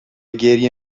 گریه